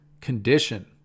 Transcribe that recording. condition